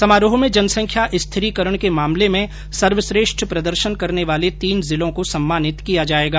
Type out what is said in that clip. समारोह में जनसंख्या स्थिरीकरण के मामले में सर्वश्रेष्ठ प्रदर्षन करने वाले तीन जिलों को सम्मानित किया जायेगा